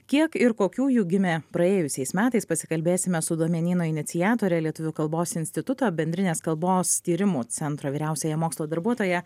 kiek ir kokių jų gimė praėjusiais metais pasikalbėsime su duomenyno iniciatore lietuvių kalbos instituto bendrinės kalbos tyrimų centro vyriausiąja mokslo darbuotoja